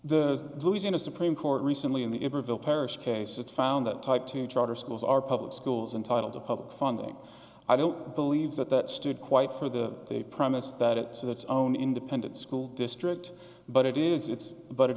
the louisiana supreme court recently in the interval parish case it found that type two charter schools are public schools entitle to public funding i don't believe that that stood quite for the premise that it says its own independent school district but it is its but it